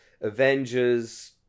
Avengers